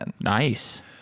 nice